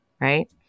right